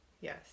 Yes